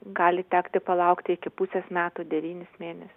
gali tekti palaukti iki pusės metų devynis mėnes